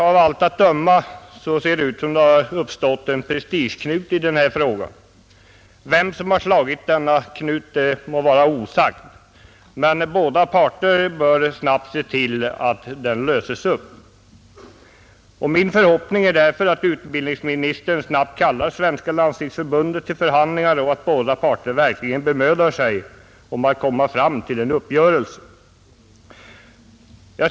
Av allt att döma har det uppstått en prestigeknut i denna fråga. Vem som har slagit denna knut må vara osagt, men båda parter bör snabbt se till att den löses upp. Min förhoppning är därför att utbildningsministern snabbt kallar Svenska landstingsförbundet till förhandlingar och att båda parter verkligen bemödar sig om att komma fram till en uppgörelse.